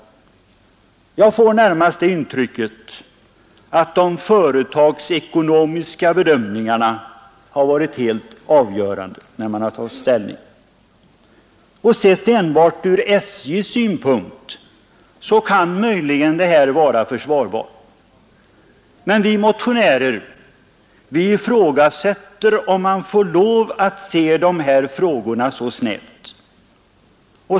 Jag får närmast det intrycket att de företagsekonomiska bedömningar na har varit helt avgörande när man har tagit ställning. Sett enbart ur SJ:s synpunkt kan möjligen det vara försvarbart, men vi motionärer ifrågasätter om man får lov att se de här frågorna så snävt.